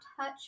touch